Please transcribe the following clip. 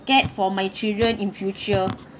scared for my children in future